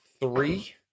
three